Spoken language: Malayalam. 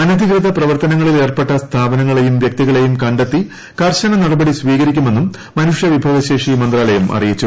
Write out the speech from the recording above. അനധികൃത പ്രവർത്തനങ്ങളിൽ ഏർപ്പെട്ട സ്ഥാപനങ്ങളെയും വൃക്തികളെയും ക െ ത്തി കൂർശന നടപടി സ്വീകരിക്കുമെന്നും മനുഷൃവിഭവശേഷി മന്ത്രാലയം അറിയിച്ചു